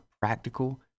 Practical